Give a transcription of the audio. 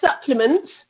supplements